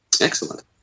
Excellent